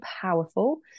powerful